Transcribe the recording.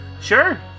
Sure